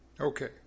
Okay